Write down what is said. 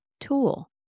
tool